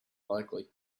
likely